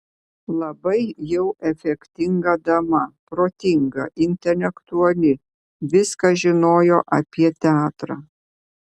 labai jau efektinga dama protinga intelektuali viską žinojo apie teatrą